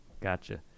Gotcha